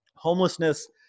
homelessness